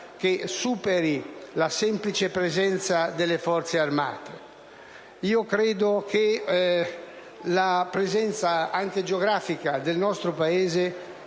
che superi la semplice presenza delle Forze armate. Credo che la presenza, anche geografica, del nostro Paese